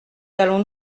allons